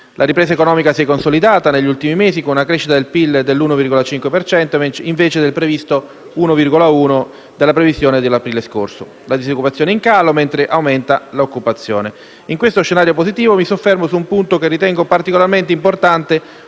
la ripresa economica si è consolidata negli ultimi mesi con una crescita del PIL dell'1,5 per cento, invece del previsto 1,1 per cento della previsione di aprile scorso. La disoccupazione è in calo, mentre aumenta l'occupazione. In questo scenario positivo mi soffermo su un punto che ritengo particolarmente importante,